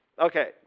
Okay